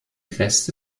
reste